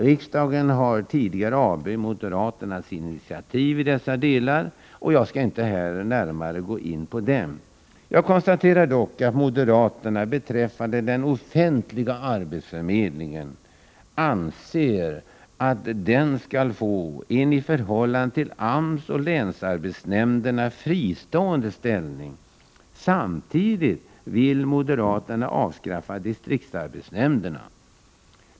Riksdagen har tidigare avböjt moderaternas initiativ i dessa delar, och jag skall inte närmare gå in på detta. Jag konstaterar dock att moderaterna anser att den offentliga arbetsförmedlingen skall få en i förhållande till AMS och länsarbetsnämnderna fristående ställning. Samtidigt vill moderaterna avskaffa distriktsarbetsnämnderna.